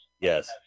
yes